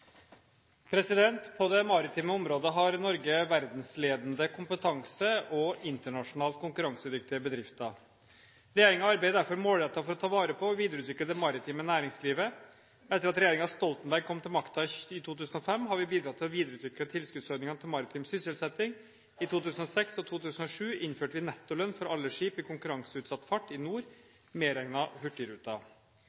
På det maritime området har Norge verdensledende kompetanse og internasjonalt konkurransedyktige bedrifter. Regjeringen arbeider derfor målrettet for å ta vare på og videreutvikle det maritime næringslivet. Etter at regjeringen Stoltenberg kom til makten i 2005, har vi bidratt til å videreutvikle tilskuddsordningene til maritim sysselsetting. I 2006 og i 2007 innførte vi nettolønn for alle skip i konkurranseutsatt fart i